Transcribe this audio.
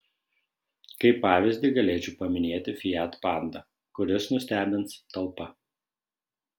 kaip pavyzdį galėčiau paminėti fiat panda kuris nustebins talpa